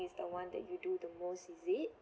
is one that you do the most is it